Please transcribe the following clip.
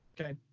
Okay